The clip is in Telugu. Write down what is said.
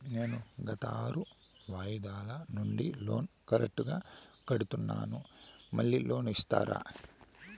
నేను గత ఆరు వాయిదాల నుండి లోను కరెక్టుగా కడ్తున్నాను, మళ్ళీ లోను ఇస్తారా?